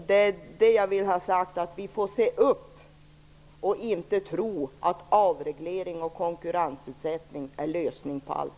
Det är det jag vill ha sagt, vi får se upp och inte tro att avreglering och konkurrensutsättning är lösningen på allt.